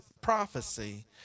prophecy